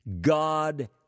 God